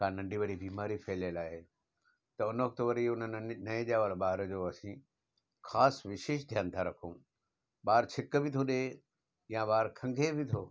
का नंढी वॾी बीमारी फहिलियलु आहे त उन वक़्तु वरी नएं ॼावल ॿार जो असीं ख़ासि विशेष ध्यानु था रखऊं ॿार छिक बि थो ॾे या ॿारु खंघे बि थो